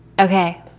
okay